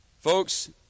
Folks